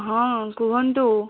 ହଁ କୁହନ୍ତୁ